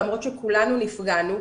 למרות שכולנו נפגענו,